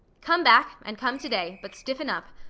come back, and come to-day but stiffen up.